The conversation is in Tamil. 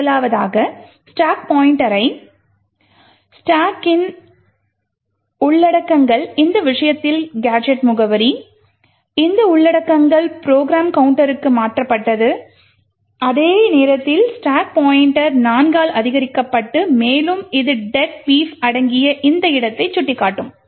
முதலாவதாக ஸ்டாக் பாய்ண்ட்டர் 0ய ஸ்டாக்கின் உள்ளடக்கங்கள் இந்த விஷயத்தில் கேஜெட் முகவரி இந்த உள்ளடக்கங்கள் ப்ரோக்ராம் கவுண்டருக்கு மாற்றப்பட்டது அதே நேரத்தில் ஸ்டாக் பாய்ண்ட்டர் 4 ஆல் அதிகரிக்கப்படும் மேலும் இது ""deadbeef""அடங்கிய இந்த இடத்தை சுட்டிக்காட்டும்